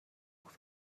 auf